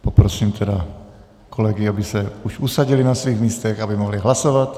Poprosím kolegy, aby se už usadili na svých místech, aby mohli hlasovat.